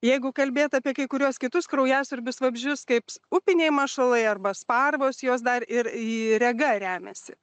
jeigu kalbėt apie kai kuriuos kitus kraujasiurbius vabzdžius kaip upiniai mašalai arba sparvos jos dar ir ii rega remiasi